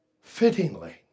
Fittingly